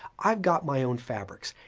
i've got my own fabrics.